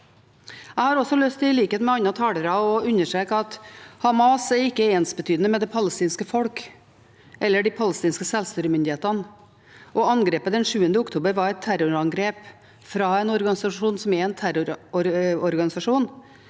med andre talere, å understreke at Hamas ikke er ensbetydende med det palestinske folk eller de palestinske sjølstyremyndighetene. Angrepet den 7. oktober var et terrorangrep fra en organisasjon som er en terrororganisasjon,